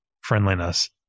friendliness